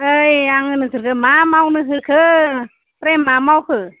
ओइ आङो नोंसोरखो मा मावनो होखो फ्राय मा मावखो